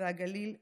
והגליל בפרט.